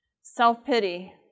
Self-pity